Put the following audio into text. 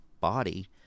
body